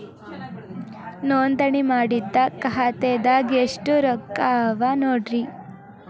ನೋಂದಣಿ ಮಾಡಿದ್ದ ಖಾತೆದಾಗ್ ಎಷ್ಟು ರೊಕ್ಕಾ ಅವ ನೋಡ್ರಿ